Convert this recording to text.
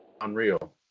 Unreal